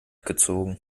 gezogen